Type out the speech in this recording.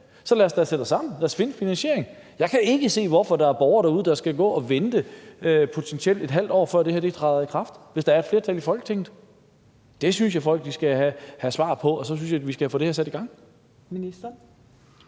Så lad os da sætte os sammen, lad os finde finansieringen. Jeg kan ikke se, hvorfor der er borgere derude, der skal gå og vente potentielt ½ år på, at det her træder i kraft, hvis der er et flertal i Folketinget for det. Det synes jeg folk skal have svar på, og så synes jeg, at vi skal få det her sat i gang.